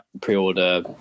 Pre-order